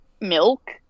milk